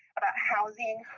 about housing,